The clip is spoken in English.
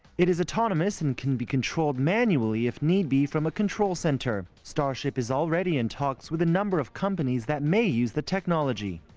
it is autonomous and can be controlled manually if need be from a control central. starship is already in talks with a number of companies that may use the technology.